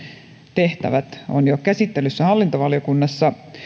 tehtävät ovat jo käsittelyssä hallintovaliokunnassa